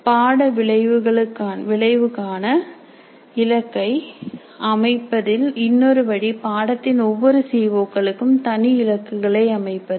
பாட விளைவுக்காண இலக்கை அமைப்பதில் இன்னொரு வழி பாடத்தின் ஒவ்வொரு சி ஒ க்களுக்கும் தனி இலக்குகளை அமைப்பது